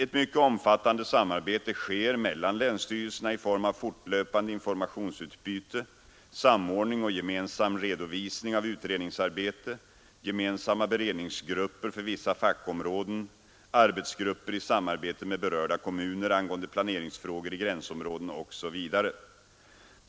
Ett mycket omfattande samarbete sker mellan länsstyrelserna i form av fortlöpande informationsutbyte, samordning och gemensam redovisning av utredningsarbete, gemensamma beredningsgrupper för vissa fackområden, arbetsgrupper i samarbete med berörda kommuner angående planeringsfrågor i gränsområden osv.